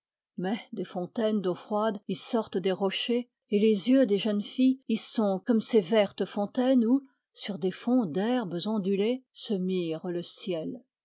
mais des fontaines d'eau froide y sortent des rochers et les yeux des jeunes filles y sont comme ces vertes fontaines où sur des fonds d'herbes ondulées se mire le ciel